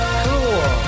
cool